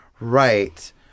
right